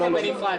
לא.